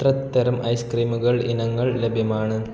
എത്ര തരം ഐസ്ക്രീമുകൾ ഇനങ്ങൾ ലഭ്യമാണ്